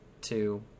two